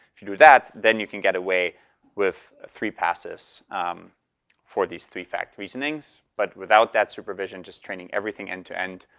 if you do that, then you can get away with three passes for these three-fact reasonings. but without that supervision, just training everything end to end.